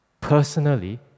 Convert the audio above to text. personally